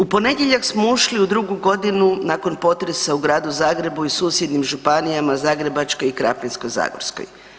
U ponedjeljak smo ušli u drugu godinu nakon potresa u Gradu Zagrebu i susjednim županijama Zagrebačkoj i Krapinsko-zagorskoj.